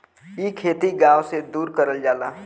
इ खेती गाव से दूर करल जाला